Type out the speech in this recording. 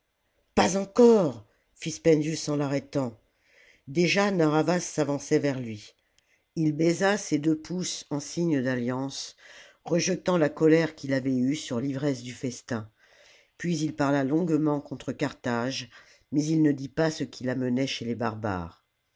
pas encore fit spendius en l'arrêtant déjà narr'havas s'avançait vers lui baisa ses deux pouces en signe d'alliance rejetant la colère qu'il avait eue sur l'ivresse du festin puis il parla longuement contre carthage mais il ne dit pas ce qui l'amenait chez les barbares